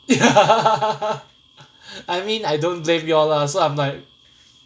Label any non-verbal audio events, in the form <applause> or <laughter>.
<laughs> I mean I don't blame you all lah so I'm like